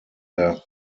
der